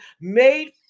made